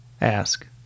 ask